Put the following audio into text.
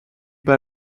pas